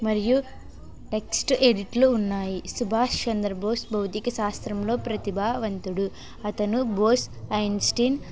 మరియు టెక్స్ట్ ఎడిట్లు ఉన్నాయి సుభాష్ చంద్రబోస్ భౌతిక శాస్త్రంలో ప్రతిభావంతుడు అతను బోస్ ఐన్స్టీన్